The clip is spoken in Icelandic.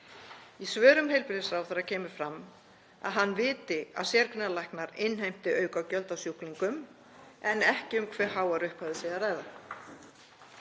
Í svörum heilbrigðisráðherra kemur fram að hann viti að sérgreinalæknar innheimti aukagjöld af sjúklingum en ekki um hve háar upphæðir sé að ræða.